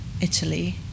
Italy